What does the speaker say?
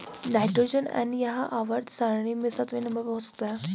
nitrogen N यह आवर्त सारणी में सातवें नंबर पर हो सकता है